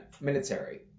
military